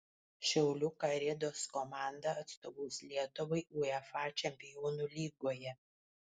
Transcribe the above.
šiaulių karedos komanda atstovaus lietuvai uefa čempionų lygoje